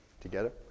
together